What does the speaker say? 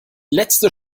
letzte